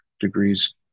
degrees